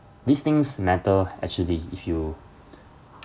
these things matter actually if you